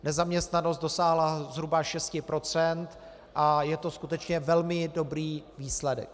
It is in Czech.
Nezaměstnanost dosáhla zhruba 6 % a je to skutečně velmi dobrý výsledek.